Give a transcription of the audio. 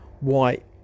white